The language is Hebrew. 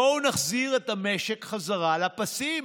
בואו נחזיר את המשק חזרה לפסים,